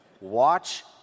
Watch